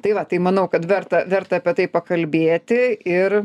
tai va tai manau kad verta verta apie tai pakalbėti ir